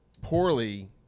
poorly